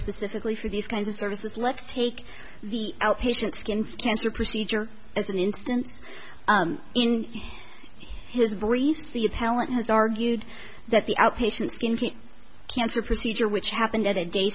specifically for these kinds of services let's take the patient skin cancer procedure as an instance in his briefs the appellant has argued that the outpatient cancer procedure which happened at a day